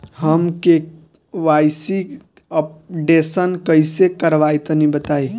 हम KYC updation कइसे करवाई तनि बताई?